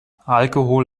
alkohol